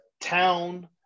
town